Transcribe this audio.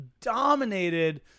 dominated